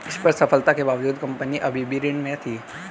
स्पष्ट सफलता के बावजूद कंपनी अभी भी ऋण में थी